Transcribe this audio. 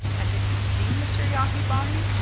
and did you see mr. yahi-bahi?